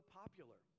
popular